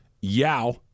Yao